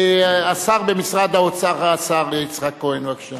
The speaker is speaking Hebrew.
השר במשרד האוצר, השר יצחק כהן, בבקשה.